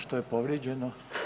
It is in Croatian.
Što je povrijeđeno?